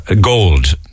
Gold